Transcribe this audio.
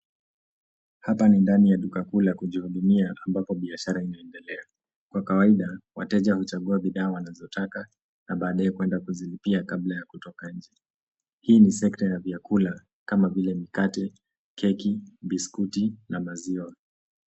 Hapa ni ndani ya duka kuu la kujihudumia ambapo biashara inaendelea. Kwa kawaida, wateja wanachagua bidhaa wanazotaka na baadae kwenda kuzilipia kabla ya kutoka nje. Hii ni sekta ya vyakula kama vile mikate, keki, biskuti na maziwa.